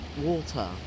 water